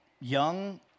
Young